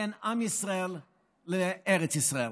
בין עם ישראל לארץ ישראל.